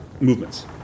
movements